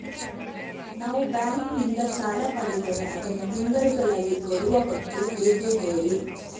ನಾವು ಬ್ಯಾಂಕ್ ನಿಂದ ಸಾಲ ಪಡೆದರೆ ಅದನ್ನು ತಿಂಗಳುಗಳಲ್ಲಿ ಕೊಡುವ ಬಗ್ಗೆ ಹೇಗೆ ಹೇಳಿ